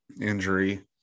injury